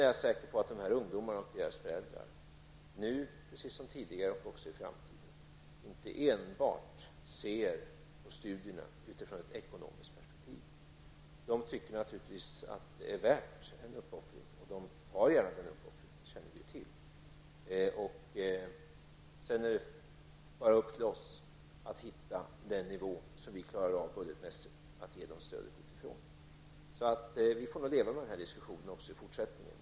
Jag är säker på att dessa ungdomar och deras föräldrar, nu precis som tidigare och även i framtiden, inte enbart ser till studierna utifrån ett ekonomiskt perspektiv. De tycker naturligtvis att det är värt en uppoffring, och de gör gärna den uppoffringen. Det känner vi ju till. Sedan är det upp till oss att hitta den nivå för stödet som vi klarar av budgetmässigt. Vi får nog leva med den här diskussionen även i fortsättningen.